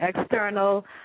external